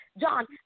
John